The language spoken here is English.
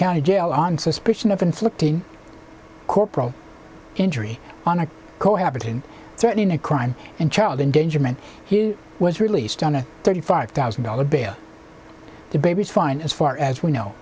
county jail on suspicion of inflicting corporal injury on a cohabiting threatening a crime and child endangerment he was released on a thirty five thousand dollars bail the baby is fine as far as we know